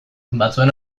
batzuen